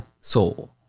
soul